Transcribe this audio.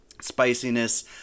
spiciness